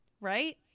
right